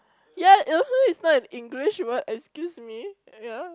ya (uh huh) is not an English word excuse me ya